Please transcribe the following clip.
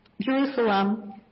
Jerusalem